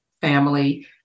family